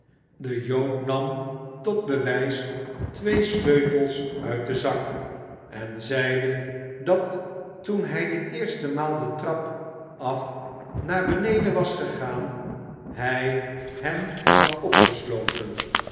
de jood nam tot bewijs twee sleutels uit den zak en zeide dat toen hij de eerste maai de trap af naar beneden was gegaan hij hen had opgesloten